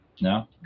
no